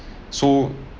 so